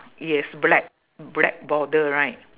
yes black black border right